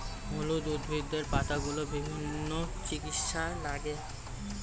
হলুদ উদ্ভিদের পাতাগুলো বিভিন্ন চিকিৎসায় লাগে